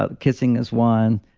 ah kissing is one,